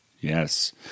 Yes